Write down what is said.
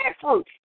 fruit